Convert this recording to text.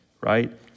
right